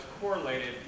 correlated